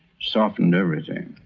softened everything.